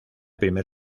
primer